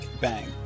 Bang